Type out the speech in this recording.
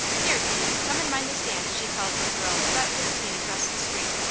here, kitty, come and mind the stand, she called to a girl about thirteen across the street,